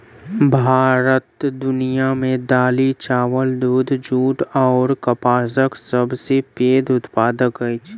भारत दुनिया मे दालि, चाबल, दूध, जूट अऔर कपासक सबसे पैघ उत्पादक अछि